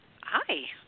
Hi